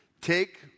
take